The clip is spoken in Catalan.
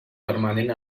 permanent